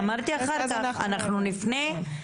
אנחנו נפנה ואני ארצה לקבל את המידע.